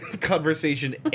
Conversation